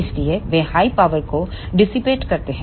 इसलिए वे high power को डिसिपेट करते हैं